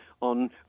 on